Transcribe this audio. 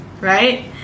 Right